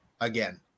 again